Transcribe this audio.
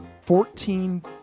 Fourteen